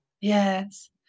Yes